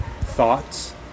thoughts